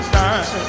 time